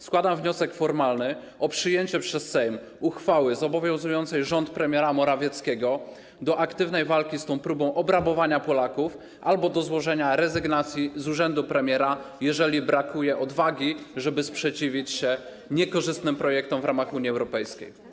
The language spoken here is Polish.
Składam wniosek formalny o przyjęcie przez Sejm uchwały zobowiązującej rząd premiera Morawieckiego do aktywnej walki z tą próbą obrabowania Polaków albo o złożenie rezygnacji z urzędu premiera, jeżeli brakuje mu odwagi, żeby sprzeciwić się niekorzystnym projektom w ramach Unii Europejskiej.